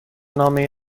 نامه